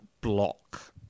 block